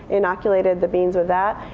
inoculated the beans with that.